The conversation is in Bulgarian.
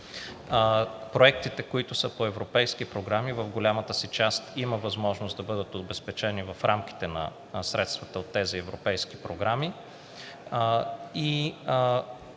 Проектите, които са по европейски програми, в голямата си част има възможност да бъдат обезпечени в рамките на средствата от тези европейски програми